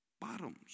bottoms